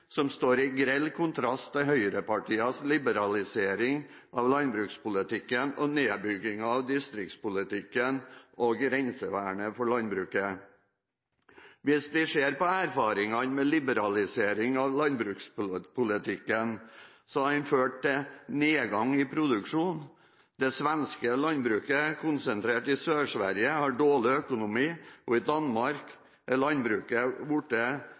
står i grell kontrast til høyrepartienes liberalisering av landbrukspolitikken, nedbygging av distriktspolitikken og grensevern for landbruket. Hvis vi ser på erfaringene med liberalisering av landbrukspolitikken, har den ført til nedgang i produksjonen. Det svenske landbruket, konsentrert i Sør-Sverige, har dårlig økonomi, og i Danmark er landbruket